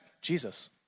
Jesus